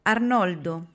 Arnoldo